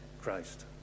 Christ